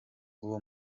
uwo